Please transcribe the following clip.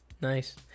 nice